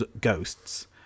ghosts